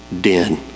den